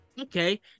okay